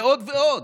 ועוד ועוד.